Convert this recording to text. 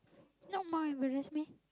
not more embarrassed meh